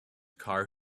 car